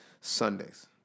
Sundays